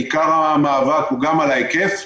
עיקר המאבק הוא גם על ההיקף,